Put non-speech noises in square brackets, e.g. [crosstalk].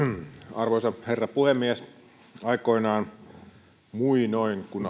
arvoisa herra puhemies aikoinaan muinoin kun [unintelligible]